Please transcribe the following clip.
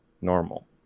normal